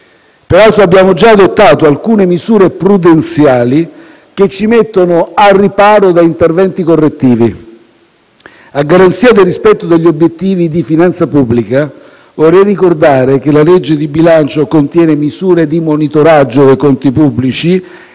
Peraltro abbiamo già adottato alcune misure prudenziali che ci mettono al riparo da interventi correttivi. A garanzia del rispetto degli obiettivi di finanza pubblica, vorrei ricordare che la legge di bilancio contiene misure di monitoraggio dei conti pubblici